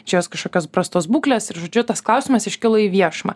čia jos kažkokios prastos būklės ir žodžiu tas klausimas iškilo į viešumą